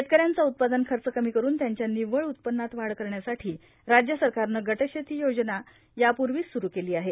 शेतकऱ्यांचा उत्पादन खर्च कमी करून त्यांच्या निव्वळ उत्पन्नात वाढ करण्यासाठी राज्य सरकारनं गट शेती योजना यापूर्वीच सुरू केली आहे